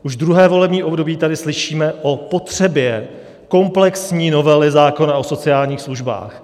Už druhé volební období tady slyšíme o potřebě komplexní novely zákona o sociálních službách.